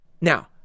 Now